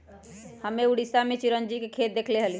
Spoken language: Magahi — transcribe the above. हम्मे उड़ीसा में चिरौंजी के खेत देखले हली